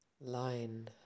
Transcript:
line